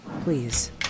please